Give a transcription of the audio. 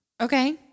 Okay